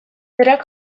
berak